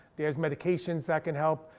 there's medications that can help.